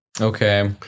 Okay